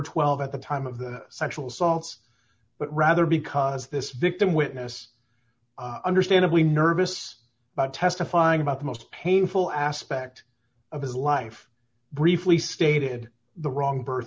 twelve at the time of the sexual assault but rather because this victim witness understandably nervous about testifying about the most painful aspect of his life briefly stated the wrong birth